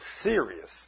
serious